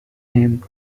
and